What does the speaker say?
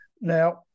Now